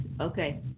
Okay